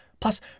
Plus